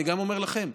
אני גם אומר לכם,